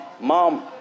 mom